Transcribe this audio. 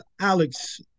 alex